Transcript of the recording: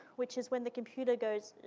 which is when the computer goes,